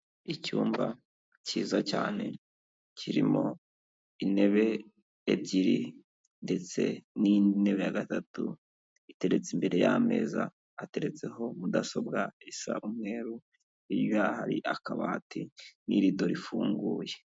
Icyumba cyiza cyane, kirimo intebe ebyiri ndetse n'intebe ya gatatu iteretse imbere y'ameza, ateretseho mudasobwa isa umweru, hirya hari akabati n'irido rifunguye.